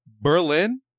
Berlin